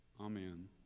Amen